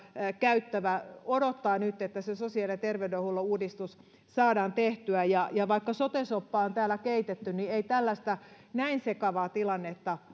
käyttävä odottaa nyt että se sosiaali ja terveydenhuollon uudistus saadaan tehtyä vaikka sote soppaa on täällä keitetty niin ei tällaista näin sekavaa tilannetta